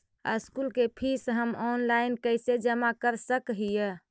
School के fees हम online कैसे जमा कर सक हिय?